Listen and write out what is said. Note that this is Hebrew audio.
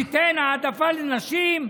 ניתן העדפה לנשים,